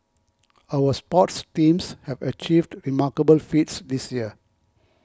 our sports teams have achieved remarkable feats this year